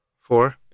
Four